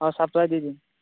অঁ ছাপ্লাই দি দিম